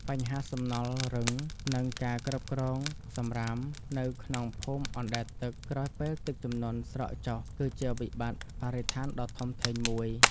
បញ្ហាសំណល់រឹង និងការគ្រប់គ្រងសម្រាមនៅក្នុងភូមិអណ្តែតទឹកក្រោយពេលទឹកជំនន់ស្រកចុះ គឺជាវិបត្តិបរិស្ថានដ៏ធំធេងមួយ។